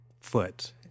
foot